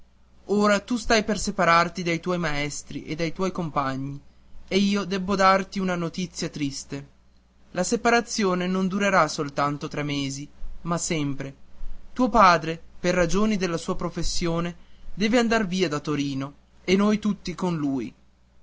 ora tu stai per separarti dai tuoi maestri e dai tuoi compagni e io debbo darti una notizia triste la separazione non durerà soltanto tre mesi ma sempre tuo padre per ragioni della sua professione deve andar via da torino e noi tutti con lui